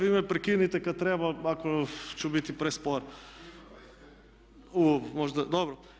Vi me prekinite kad treba, ako ću biti prespor. … [[Upadica sa strane, ne čuje se.]] U dobro.